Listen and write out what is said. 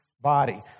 body